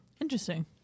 Interesting